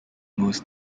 most